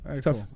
Tough